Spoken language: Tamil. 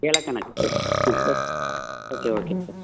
இல கணக்காக சார் சரி சார் ஓகே ஓகே சார்